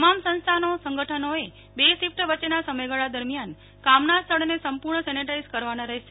તમામ સંસ્થાનોસંગઠનોએ બે શીફટ વચ્ચેના સમયગાળા દરમ્યાન કામના સ્થળને સંપૂર્ણ સેનેટાઈઝ કરવાનો રહેશે